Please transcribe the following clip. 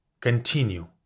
continue